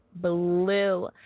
blue